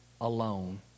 alone